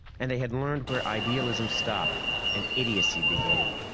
and they had learned where idealism stopped and idiocy began.